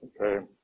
Okay